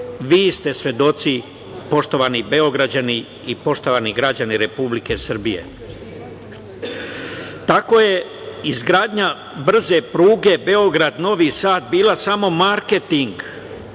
Vi ste svedoci, poštovani Beograđani i poštovani građani Republike Srbije. Tako je izgradnja brze pruge Beograd – Novi Sad bio samo marketing